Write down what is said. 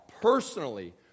personally